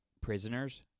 prisoners